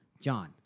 John